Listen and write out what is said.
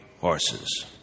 horses